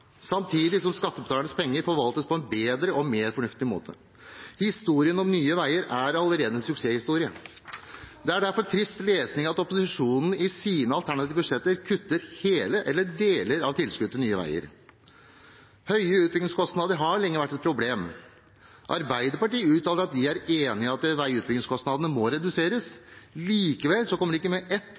samtidig som skattebetalernes penger forvaltes på en bedre og mer fornuftig måte. Historien om Nye Veier er allerede en suksesshistorie. Det er derfor trist lesning at opposisjonen i sine alternative budsjetter kutter hele eller deler av tilskuddet til Nye Veier. Høye utbyggingskostnader har lenge vært et problem. Arbeiderpartiet uttaler at de er enige i at veiutbyggingskostnadene må reduseres. Likevel kommer de ikke med